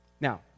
Now